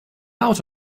out